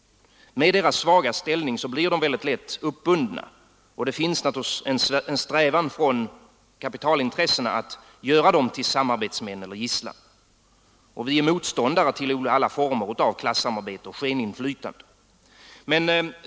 Med sin svaga ställning blir dessa representanter lätt uppbundna, och det finns naturligtvis en strävan från kapitalintressena att göra dem till samarbetsmän eller gisslan. Vi är motståndare till alla former av klassamarbete och skeninflytande.